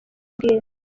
bw’inka